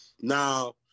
Now